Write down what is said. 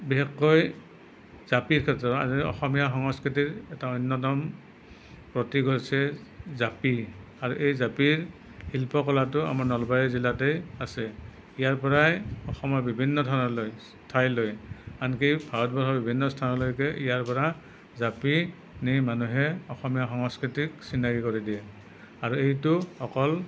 বিশেষকৈ জাপিৰ ক্ষেত্ৰত অসমীয়া সংস্কৃতিৰ এটা অন্যতম প্ৰতীক হৈছে জাপি আৰু এই জাপিৰ শিল্প কলাটো আমাৰ নলবাৰী জিলাতেই আছে ইয়াৰ পৰাই অসমৰ বিভিন্ন ঠাইলৈ আনকি ভাৰতবৰ্ষৰ বিভিন্ন স্থানলৈকে ইয়াৰ পৰা জাপি নি মানুহে অসমীয়া সংস্কৃতিক চিনাকি কৰি দিয়ে আৰু এইটো অকল